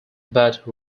but